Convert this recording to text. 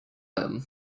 him